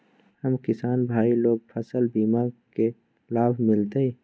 हम किसान भाई लोग फसल बीमा के लाभ मिलतई?